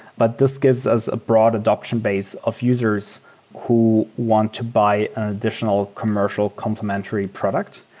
but this gives us a broad adaption base of users who want to buy an additional commercial complementary product.